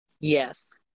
Yes